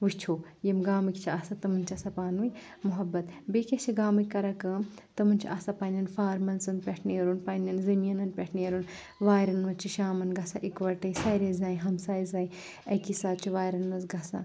وٕچھو یم گامٕکۍ چھِ آسان تِمن چھُ آسان پانہٕ ؤنۍ محبّت بیٚیہِ کیاہ چھِ گامٕکۍ کران کٲم تِمن چھ آسان پننٮ۪ن فامزن پیٚٹھ نیرُن پننٮ۪ن زٔمیٖنَن پٮ۪ٹھ نیرُن وارٮ۪ن منٛز چھ شامن گژھان اِکوٹے سارے زنہِ ہمساے زنہِ اکسی ساتہٕ چھ وارٮ۪ن منٛز گژھان